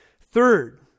Third